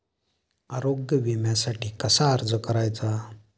आरोग्य विम्यासाठी कसा अर्ज करायचा?